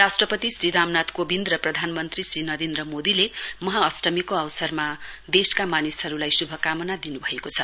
राष्ट्रपति श्री रामनाथ कोबिन्द र प्रधानमन्त्री श्री नरेन्द्र मोदीले महाअष्टमीको अवसरमा देशको मानिसहरुलाई शुभकामना दिनुभएको छ